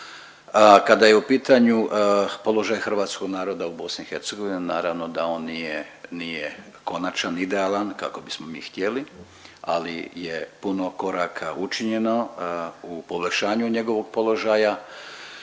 Kada je u pitanju položaj hrvatskog naroda u BiH naravno da on nije, nije konačan, idealan kako bismo mi htjeli, ali je puno koraka učinjeno u poboljšanju njegovog položaja.